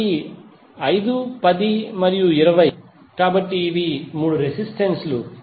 కాబట్టి 5 10 మరియు 20 కాబట్టి ఇవి 3రెసిస్టెన్స్ లు